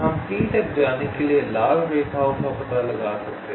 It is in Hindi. हम T तक जाने के लिए लाल रेखाओं का पता लगा सकते हैं